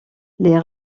les